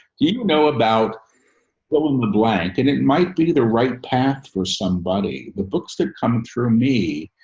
you know about what was in the blank and it might be the right path for somebody. the books that come through me